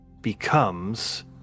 becomes